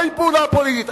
מהי פעולה פוליטית?